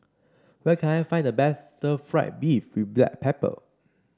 where can I find the best stir fry beef with Black Pepper